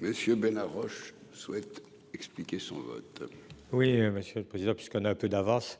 Monsieur Bénard Roche souhaite expliquer son vote. Oui, monsieur le Président, puisqu'on a un peu d'avance.